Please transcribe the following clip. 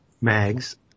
mags